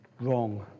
wrong